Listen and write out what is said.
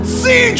see